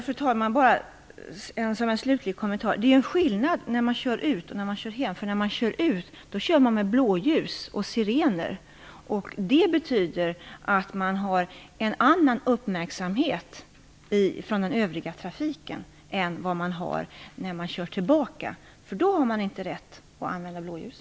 Fru talman! Det är skillnad på att köra ut och att köra tillbaka. När man kör ut använder man blåljus och sirener, vilket betyder att man får en annan uppmärksamhet från den övriga trafiken än när man kör tillbaka, för då har man inte rätt att använda blåljus.